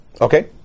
Okay